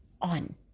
on